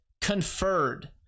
conferred